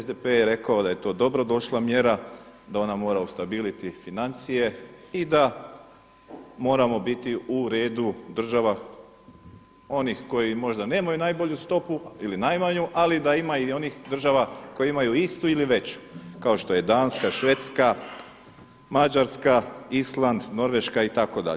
SDP-e je rekao da je to dobrodošla mjera, da ona mora ustabiliti financije i da mora biti u redu država onih koje možda nemaju najbolju stopu ili najmanju, ali da ima i onih država koje imaju istu ili veću kao što je Danska, Švedska, Mađarska, Island, Norveška itd.